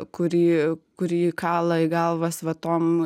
kurį kurį kala į galvas va tom